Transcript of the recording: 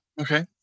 Okay